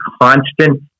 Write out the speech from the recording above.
constant